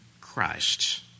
Christ